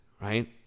right